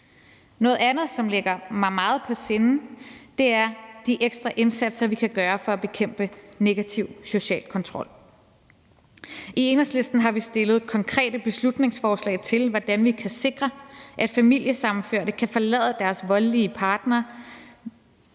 Noget andet, som ligger mig meget på sinde, er de ekstra indsatser, vi kan gøre for at bekæmpe negativ social kontrol. I Enhedslisten har vi fremsat konkrete beslutningsforslag til, hvordan vi kan sikre, at familiesammenførte kan forlade deres voldelige partnere,